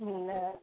हूँ लऽ आउ